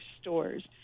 stores